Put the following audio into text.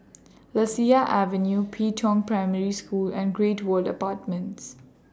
Lasia Avenue Pi Tong Primary School and Great World Apartments